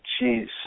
Jeez